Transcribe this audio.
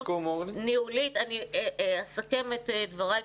אני אסכם את דבריי,